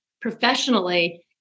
professionally